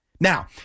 Now